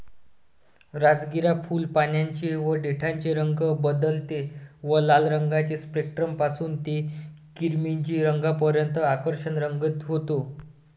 राजगिरा फुल, पानांचे व देठाचे रंग बदलते व लाल रंगाचे स्पेक्ट्रम पासून ते किरमिजी रंगापर्यंत आकर्षक रंग होते